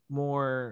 more